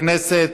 היושב-ראש.